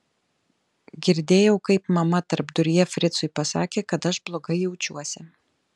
girdėjau kaip mama tarpduryje fricui pasakė kad aš blogai jaučiuosi